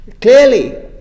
Clearly